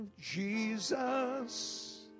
Jesus